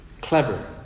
clever